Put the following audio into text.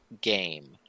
game